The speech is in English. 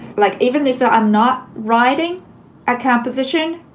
like even if ah i'm not writing a composition,